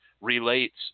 relates